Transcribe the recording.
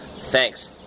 Thanks